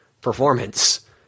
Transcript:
performance